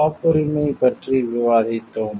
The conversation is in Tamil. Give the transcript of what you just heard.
காப்புரிமை பேட்டண்ட் பற்றி விவாதித்தோம்